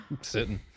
Sitting